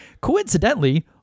Coincidentally